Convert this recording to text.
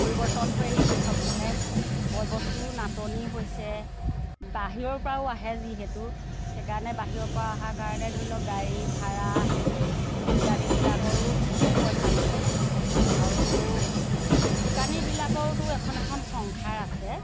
পৰিৱৰ্তন হৈ আহিছে সবফালে বয় বস্তুৰো নাটনি হৈছে বাহিৰৰ পৰাও আহে যিহেতু সেইকাৰণে বাহিৰৰ পৰা অহাৰ কাৰণে ধৰি লওক গাড়ী ভাড়া ইত্যাদিবিলাকৰোতো পইচা দিব লাগে আৰু দোকানীবিলাকৰতো এখন এখন সংসাৰ আছে